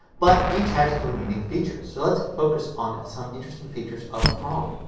but each has its own unique features. so let's focus on some interesting features of chrome.